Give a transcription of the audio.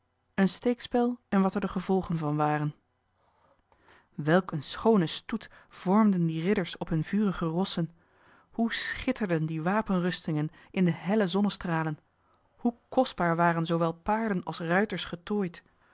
een steekspel en wat er de gevolgen van waren welk een schoonen stoet vormden die ridders op hunne vurige rossen hoe schitterden die wapenrustingen in de helle zonnestralen hoe kostbaar waren zoowel paarden als ruiters getooid